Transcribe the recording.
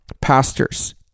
pastors